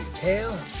tail.